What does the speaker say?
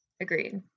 Agreed